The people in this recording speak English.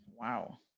Wow